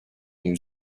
new